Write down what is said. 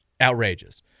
outrageous